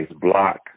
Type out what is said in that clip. block